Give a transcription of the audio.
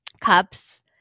cups